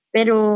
Pero